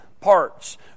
parts